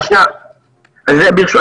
רגע, ברשותכם.